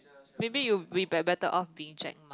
maybe you be better off being